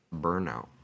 burnout